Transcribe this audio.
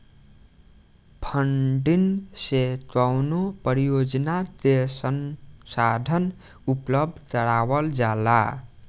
funding से कवनो परियोजना के संसाधन उपलब्ध करावल जाला